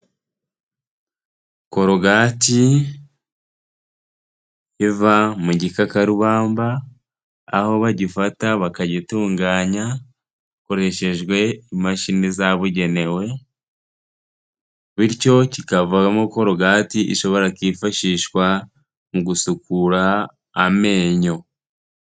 Korogati iva mu gikakarubamba, aho bagifata bakagitunganya hakoreshejwe imashini zabugenewe, bityo kikavamo korogati ishobora kwifashishwa mu gusukura amenyo.